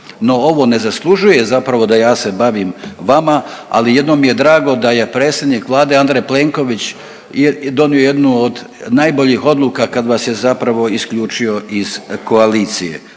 No, ovo ne zaslužuje zapravo da ja se bavim vama, ali jedno mi je drago da je predsjednik vlade Andrej Plenković donio jednu od najboljih odluka kad vas je zapravo isključio iz koalicije.